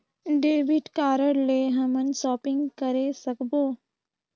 Debit card ले हमन shopping करे सकबो?